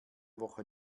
woche